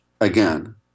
again